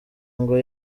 ngo